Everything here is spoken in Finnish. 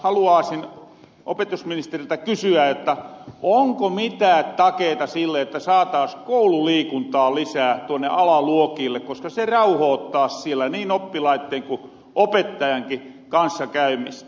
haluaasin opetusministeriltä kysyä onko mitää takeita sille että saataas koululiikuntaa lisää tuonne alaluokille koska se rauhoottaas siellä niin oppilaitte ku opettajankin kanssakäymistä